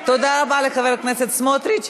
אתה לא רציני, תודה רבה לחבר הכנסת סמוטריץ.